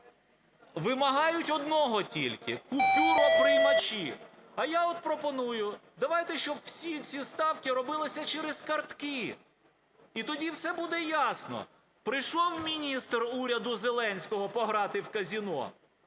вимагають одного тільки – купюроприймачі. А я от пропоную, давайте щоб всі ці ставки робилися через картки, і тоді все буде ясно. Прийшов міністр уряду Зеленського пограти в казино.